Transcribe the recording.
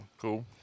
Cool